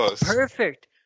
Perfect